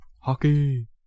Hockey